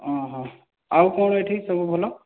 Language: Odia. ଅଃ ଆଉ କ'ଣ ଏଠି ସବୁ ଭଲ